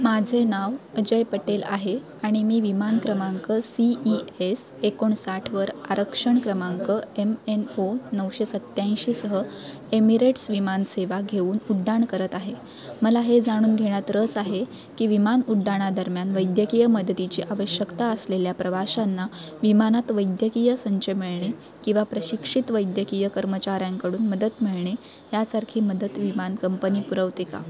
माझे नाव अजय पटेल आहे आणि मी विमान क्रमांक सी ई एस एकोणसाठवर आरक्षण क्रमांक एम एन ओ नऊशे सत्त्याऐंशीसह एमिरेट्स विमान सेवा घेऊन उड्डाण करत आहे मला हे जाणून घेण्यात रस आहे की विमान उड्डाणादरम्यान वैद्यकीय मदतीची आवश्यकता असलेल्या प्रवाशांना विमानात वैद्यकीय संच मिळणे किंवा प्रशिक्षित वैद्यकीय कर्मचाऱ्यांकडून मदत मिळणे यासारखी मदत विमान कंपनी पुरवते का